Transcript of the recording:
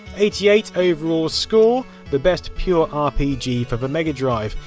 eighty eight overall score. the best pure rpg for the mega drive,